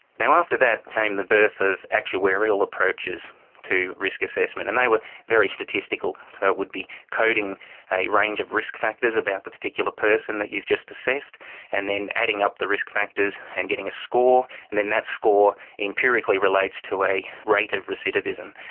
now after that came the birth of actuarial approaches to risk assessment and they were very statistical so it would be coding a range of risk factors about the particular person that you've just assessed and then adding up the risk factors and getting a score and then that score empirically relates to a rate of recidivism.